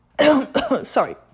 sorry